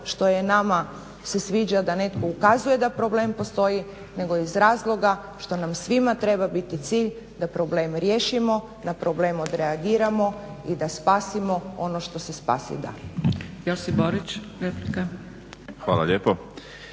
što se nama sviđa da netko ukazuje da problem postoji nego iz razloga što nam svima treba biti cilj da problem riješimo, da problem odreagiramo i da spasimo ono što se spasit da. **Zgrebec, Dragica (SDP)**